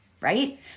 right